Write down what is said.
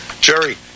Jerry